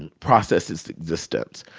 and processed its existence,